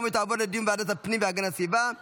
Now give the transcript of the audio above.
לוועדת הפנים והגנת הסביבה נתקבלה.